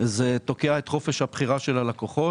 זה תוקע את חופש הבחירה של הלקוחות.